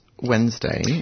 Wednesday